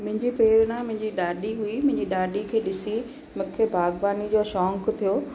मुंहिंजी प्रेरणा मुंहिंजी ॾाॾी हुई मुंहिंजी ॾाॾी खे ॾिसी मूंखे बाग़बानी जो शौक़ु थियो